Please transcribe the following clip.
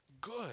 good